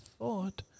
thought